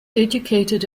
educated